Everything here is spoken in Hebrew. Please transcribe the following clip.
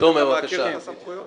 אחרת אני מעקר לה את הסמכויות.